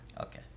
Okay